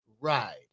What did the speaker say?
ride